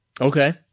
Okay